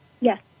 Yes